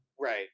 Right